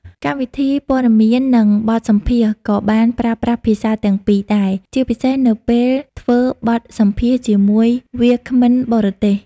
កម្មវិធីព័ត៌មាននិងបទសម្ភាសន៍ក៏បានប្រើប្រាស់ភាសាទាំងពីរដែរ ជាពិសេសនៅពេលធ្វើបទសម្ភាសន៍ជាមួយវាគ្មិនបរទេស។